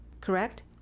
Correct